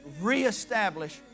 reestablish